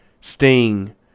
sting